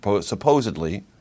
supposedly